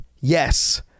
Yes